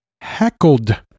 heckled